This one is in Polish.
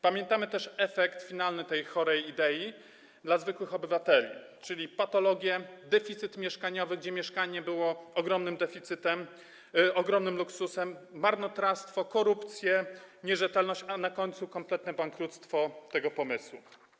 Pamiętamy też efekt finalny tej chorej idei dla zwykłych obywateli, czyli patologie, deficyt mieszkaniowy, mieszkanie było ogromnym luksusem, marnotrawstwo, korupcję, nierzetelność, a na końcu kompletne bankructwo tego pomysłu.